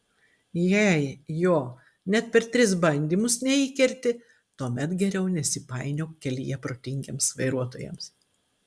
jei jo net per tris bandymus neįkerti tuomet geriau nesipainiok kelyje protingiems vairuotojams